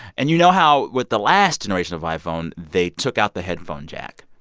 and you know how with the last generation of iphone, they took out the headphone jack?